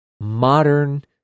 modern